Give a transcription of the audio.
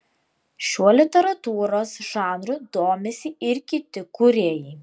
šiuo literatūros žanru domisi ir kiti kūrėjai